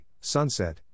sunset